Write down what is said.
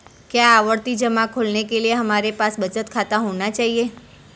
क्या आवर्ती जमा खोलने के लिए हमारे पास बचत खाता होना चाहिए?